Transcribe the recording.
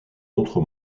autre